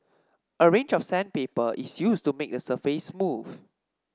a range of sandpaper is used to make the surface smooth